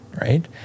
right